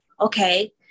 okay